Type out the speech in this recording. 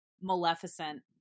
Maleficent